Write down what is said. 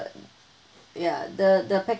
ya the the package